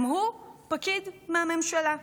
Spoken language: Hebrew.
גם הוא פקיד מהממשלה,